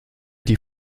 die